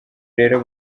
rero